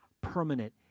permanent